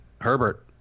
Herbert